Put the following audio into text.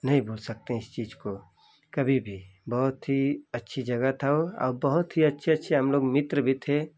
नहीं भूल सकते हैं इस चीज़ को कभी भी बहुत ही अच्छी जगह था वो आ बहुत ही अच्छे अच्छे हम लोग मित्र भी थे